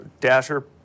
Dasher